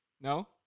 No